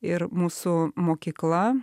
ir mūsų mokykla